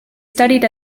studied